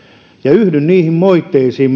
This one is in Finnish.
yhdyn niihin perustuslakivaliokunnan moitteisiin